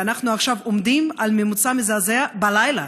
ואנחנו עכשיו עומדים על ממוצע מזעזע בלילה,